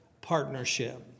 partnership